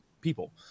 people